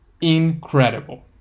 incredible